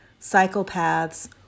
psychopaths